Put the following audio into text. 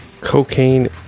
Cocaine